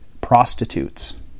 prostitutes